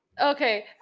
Okay